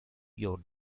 your